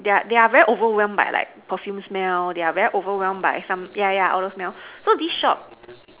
they are they are very overwhelmed by like perfume smell they are very overwhelm by some yeah yeah all those smell so these shop